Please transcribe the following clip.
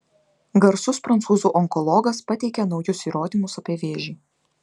garsus prancūzų onkologas pateikia naujus įrodymus apie vėžį